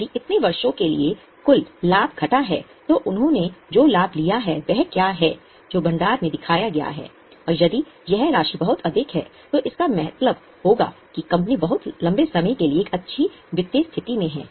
यदि इतने वर्षों के लिए कुल लाभ घटा है तो उन्होंने जो लाभ लिया है वह क्या है जो भंडार में दिखाया गया है और यदि यह राशि बहुत अधिक है तो इसका मतलब होगा कि कंपनी बहुत लंबे समय के लिए एक अच्छी वित्तीय स्थिति में है